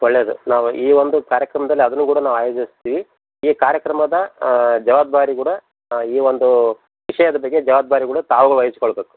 ಒಳ್ಳೆಯದು ನಾವು ಈ ಒಂದು ಕಾರ್ಯಕ್ರಮ್ದಲ್ಲಿ ಅದು ಕೂಡ ನಾವು ಆಯೋಜಿಸ್ತೀವಿ ಈ ಕಾರ್ಯಕ್ರಮದ ಜವಾಬ್ದಾರಿ ಕೂಡ ಈ ಒಂದು ವಿಷಯದ ಬಗ್ಗೆ ಜವಾಬ್ದಾರಿ ಕೂಡ ತಾವು ವಹಿಸ್ಕೊಳ್ಬೇಕು